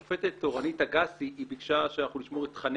השופטת אורנית אגסי ביקשה שאנחנו נשמור את תכני